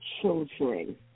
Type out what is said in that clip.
children